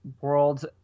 world